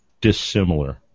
dissimilar